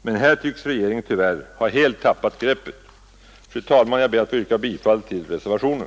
Men här tycks regeringen tyvärr helt ha tappat greppet. Jag ber, fru talman, att få yrka bifall till reservationen.